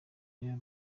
rero